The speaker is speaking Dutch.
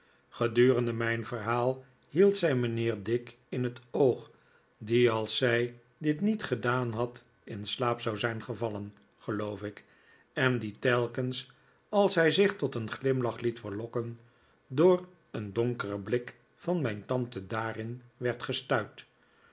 gedurende mijn verhaal hield zij mijnheer dick in het oog die als zij dit niet gedaan had in slaap zou zijn gevallen geloof ik en die telkens als hij zich tot een glimlach liet verlokken door een donkeren blik van mijn tante daarin werd gestuit